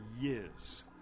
years